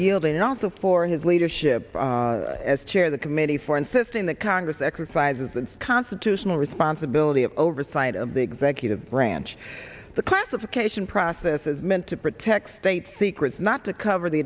yielding and also for his leadership as chair of the committee for insisting that congress exercises the constitutional responsibility of oversight of the executive branch the classification process is meant to protect state secrets not to cover the